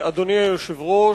אדוני היושב-ראש,